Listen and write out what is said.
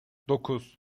dokuz